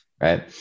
right